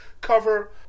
cover